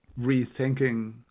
rethinking